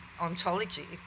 ontology